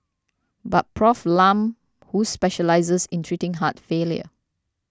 but Prof Lam who specialises in treating heart failure